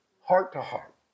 heart-to-heart